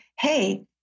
hey